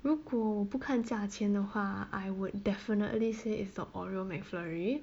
如果我不看价钱的话 I would definitely say it's the oreo mcflurry